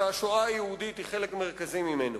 שהשואה היהודית היא חלק מרכזי ממנו.